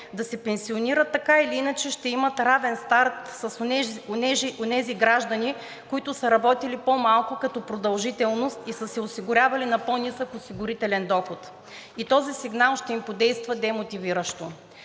да се пенсионират, така или иначе ще имат равен старт с онези граждани, които са работили по-малко като продължителност и са се осигурявали на по-нисък осигурителен доход и този сигнал ще им подейства демотивиращо.